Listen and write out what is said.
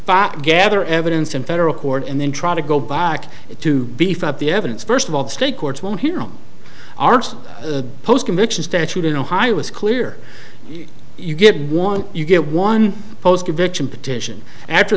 gather evidence in federal court and then try to go back to beef up the evidence first of all the state courts won't hear on arts post conviction statute in ohio it was clear you get one you get one post conviction petition after